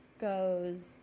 goes